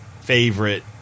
favorite